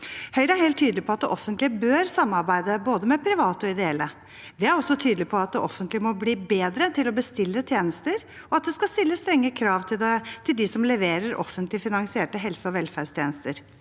Høyre er helt tydelig på at det offentlige bør samarbeide med både private og ideelle. Vi er også tydelige på at det offentlige må bli bedre til å bestille tjenester, og at det skal stilles strenge krav til dem som leverer offentlig finansierte helse- og velferdstjenester: